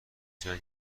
جنگ